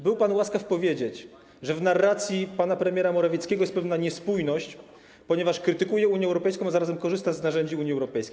Był pan łaskaw powiedzieć, że w narracji pana premiera Morawieckiego jest pewna niespójność, ponieważ krytykuje Unię Europejską, a zarazem korzysta z narzędzi Unii Europejskiej.